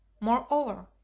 Moreover